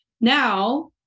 Now